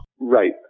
Right